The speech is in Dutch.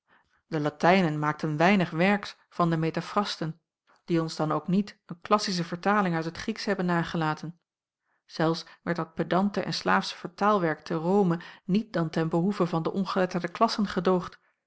studie de latijnen maakten weinig werks van de metafrasten die ons dan ook niet eene klassische vertaling uit het grieksch hebben nagelaten zelfs werd dat pedante en slaafsche vertaalwerk te rome niet dan ten behoeve van de ongeletterde klassen gedoogd